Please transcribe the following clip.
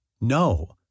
No